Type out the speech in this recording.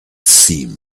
seemed